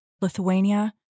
Lithuania